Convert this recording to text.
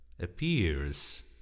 appears